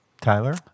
Tyler